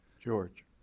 George